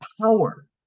power